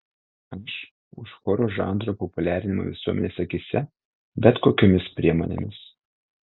aš už choro žanro populiarinimą visuomenės akyse bet kokiomis priemonėmis